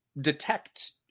detect